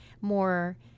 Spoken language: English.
more